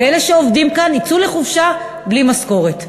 ואלה שעובדים כאן יצאו לחופשה בלי משכורת.